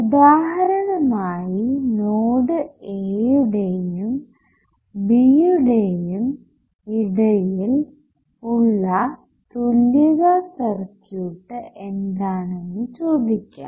ഉദാഹരണമായി node A യുടെയും B യുടെയും ഇടയിൽ ഉള്ള തുല്യത സർക്യൂട്ട് എന്താണെന്നു ചോദിക്കാം